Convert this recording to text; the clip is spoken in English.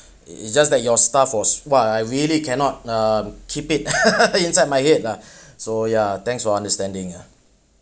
it~ it's just that your staff was !wah! I really cannot um keep it inside my head lah so yeah thanks for understanding ah